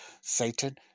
Satan